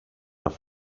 off